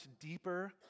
deeper